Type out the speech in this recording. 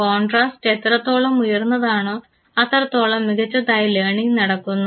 contrast എത്രത്തോളം ഉയർന്നതാണോ അത്രത്തോളം മികച്ചതായി ലേണിങ്ങ് നടക്കുന്നു